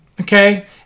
okay